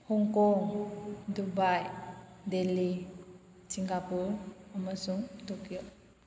ꯍꯣꯡ Kong Dubai Delhi Singapore ꯑꯃꯁꯨꯡ Tokyo